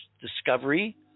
discovery